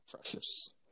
Precious